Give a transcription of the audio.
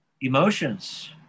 emotions